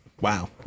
Wow